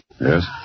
Yes